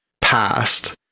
past